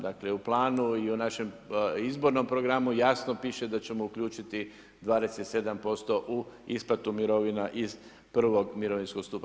Dakle u planu i u našem izbornom programu, jasno piše da ćemo uključiti 27% u isplatu mirovna iz prvog mirovinskog stupa.